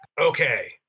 Okay